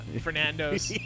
Fernando's